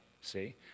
See